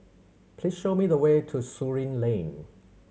please show me the way to Surin Lane